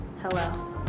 hello